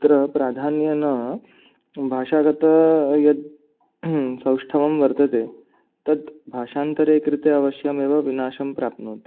तत्र प्राधान्येन भाषागतं यद् सौष्ठवं वर्तते तत् भाषान्तरे कृते अवश्यम् एव विनाशं प्राप्नोति